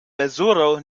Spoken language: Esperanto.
mezuro